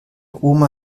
oma